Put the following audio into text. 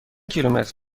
کیلومتر